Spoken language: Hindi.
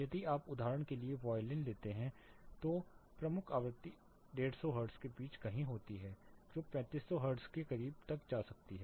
यदि आप उदाहरण के लिए वायलिन लेते हैं तो प्रमुख आवृत्ति 150 हर्ट्ज के बीच कहीं होती है जो 3500 हर्ट्ज के करीब तक जाती है